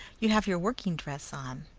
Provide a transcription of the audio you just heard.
you have your working dress on,